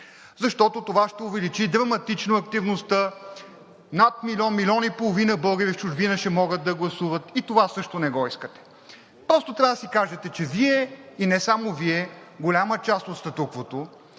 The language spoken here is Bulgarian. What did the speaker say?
защото това ще увеличи драматично активността – над милион, милион и половина българи в чужбина ще могат да гласуват, и това също не го искате. Просто трябва да си кажете, че Вие, и не само Вие, голяма част от статуквото